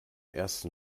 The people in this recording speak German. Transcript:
ersten